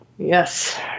Yes